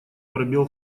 пробел